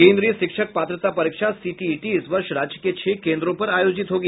केंद्रीय शिक्षक पात्रता परीक्षा सीटीईटी इस वर्ष राज्य के छह केन्द्रो पर आयोजित होगी